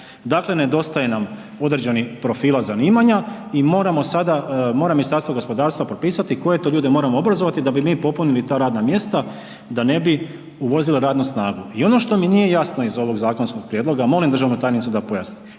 Dakle, nedostaje nam određenih profila zanimanja i moramo sada, mora Ministarstvo gospodarstva propisati koje to ljude moramo obrazovati da bi mi popunili ta radna mjesta da ne bi uvozili radnu snagu. I ono što mi nije jasno iz ovog zakonskog prijedloga, molim državnu tajnicu da pojasni.